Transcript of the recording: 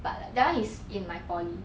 but that [one] is in my poly